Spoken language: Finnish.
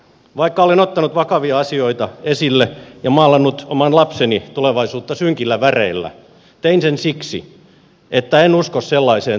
vaikka olen ottanut vakavia asioita esille ja maalannut oman lapseni tulevaisuutta synkillä väreillä tein sen siksi että en usko sellaiseen tulevaisuuteen